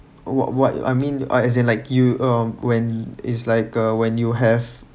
what what I mean I as in like you um when it's like a when you have